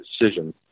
decision